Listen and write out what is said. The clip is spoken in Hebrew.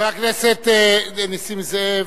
חבר הכנסת נסים זאב,